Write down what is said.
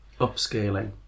Upscaling